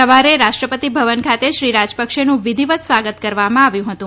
સવારે રાષ્ટ્રપતિ ભવન ખાતે શ્રી રાજપક્ષે વિધિવત સ્વાગત કરવામાં આવ્યું હતું